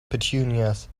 petunias